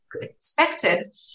expected